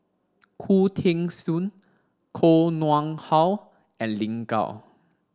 Khoo Teng Soon Koh Nguang How and Lin Gao